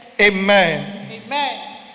Amen